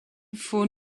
faut